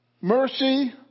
mercy